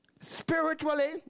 spiritually